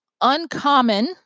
uncommon